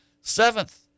Seventh